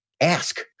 ask